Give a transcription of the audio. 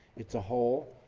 it's a whole,